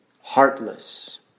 heartless